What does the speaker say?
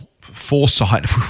foresight